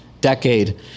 decade